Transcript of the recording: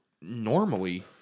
normally